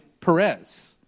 Perez